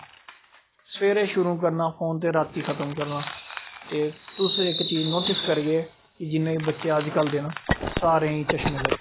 सबैह्रे शुरू करना फोन ते रातीं खत्म करना ते तुस इक चीज नोटिस करगे कि जि'न्ने बी बच्चे अज्ज कल दे न सारें ई चश्मे लग्गे दे